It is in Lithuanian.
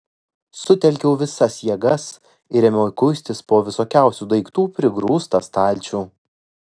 sutelkiau visas jėgas ir ėmiau kuistis po visokiausių daiktų prigrūstą stalčių